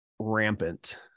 rampant